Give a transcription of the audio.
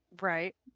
Right